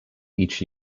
each